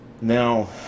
Now